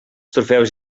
trofeus